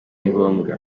ngombwa